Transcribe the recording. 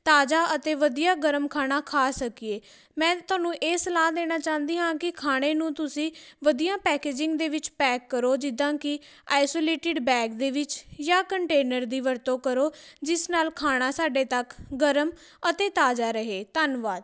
ਤਾਜਾ ਅਤੇ ਵਧੀਆ ਗਰਮ ਖਾਣਾ ਖਾ ਸਕੀਏ ਮੈਂ ਤੁਹਾਨੂੰ ਇਹ ਸਲਾਹ ਦੇਣਾ ਚਾਹੁੰਦੀ ਹਾਂ ਕਿ ਖਾਣੇ ਨੂੰ ਤੁਸੀਂ ਵਧੀਆ ਪੈਕੇਜਿੰਗ ਦੇ ਵਿੱਚ ਪੈਕ ਕਰੋ ਜਿੱਦਾਂ ਕਿ ਆਈਸੋਲੇਟਿਡ ਬੈਗ ਦੇ ਵਿੱਚ ਜਾਂ ਕੰਟੇਨਰ ਦੀ ਵਰਤੋਂ ਕਰੋ ਜਿਸ ਨਾਲ ਖਾਣਾ ਸਾਡੇ ਤੱਕ ਗਰਮ ਅਤੇ ਤਾਜ਼ਾ ਰਹੇ ਧੰਨਵਾਦ